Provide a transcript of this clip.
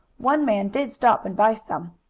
one man did stop and buy some.